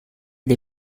dei